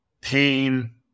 pain